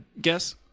guess